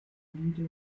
lieder